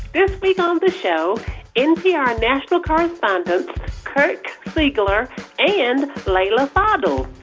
this week on the show npr national correspondents kirk siegler and leila fadel.